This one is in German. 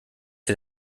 ihr